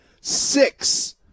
six